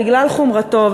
בגלל חומרתו,